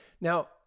Now